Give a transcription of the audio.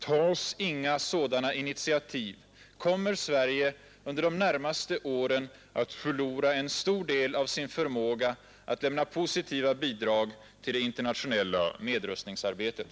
Tas inga sådana initiativ, kommer Sverige under de närmaste åren att förlora en stor del av sin förmåga att lämna positiva bidrag till det internationella nedrustningsarbetet.